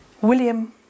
William